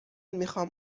میخوام